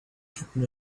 happen